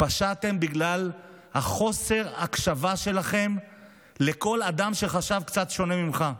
פשעתם בגלל חוסר ההקשבה שלכם לכל אדם שחשב קצת שונה ממך.